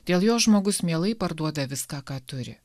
dėl jo žmogus mielai parduoda viską ką turi